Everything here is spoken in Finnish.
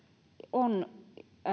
on